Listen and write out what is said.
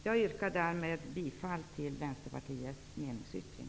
Jag yrkar därmed bifall till Vänsterpartiets meningsyttring.